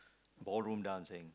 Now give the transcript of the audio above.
ballroom dancing